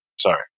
Sorry